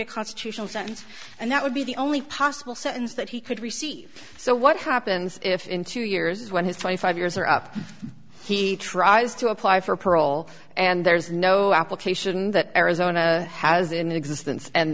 a constitutional sentence and that would be the only possible sentence that he could receive so what happens if in two years when his twenty five years are up he tries to apply for parole and there's no application that arizona has in existence and